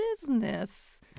business